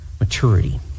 maturity